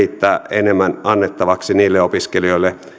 enemmän annettavaksi niille opiskelijoille